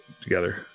together